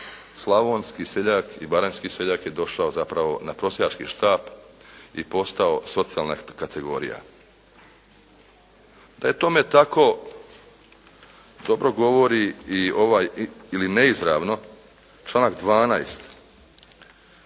slavonski seljak i baranjski seljak je došao zapravo na prosjački štap i postao socijalna kategorija. Da je tome tako dobro govori i ovaj ili neizravno članak 12